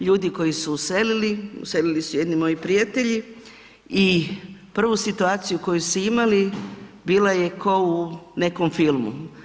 Ljudi koji su uselili, uselili su jedni moji prijatelji i prvu situaciju koju su imali bila je kao u nekom filmu.